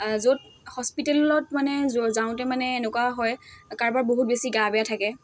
য'ত হস্পিটেলত মানে য' যাওঁতে মানে এনেকুৱা হয় কাৰোবাৰ বহুত বেছি গা বেয়া থাকে